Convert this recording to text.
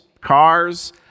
cars